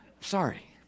Sorry